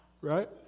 right